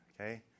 Okay